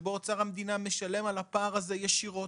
שבו אוצר המדינה משלם על הפער הזה ישירות.